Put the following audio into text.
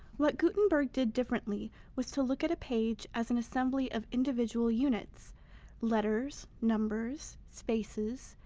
what gutenberg did differently was to look at a page as an assembly of individual units letters, numbers, spaces,